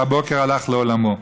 שהבוקר הלך לעולמו.